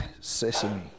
sesame